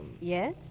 Yes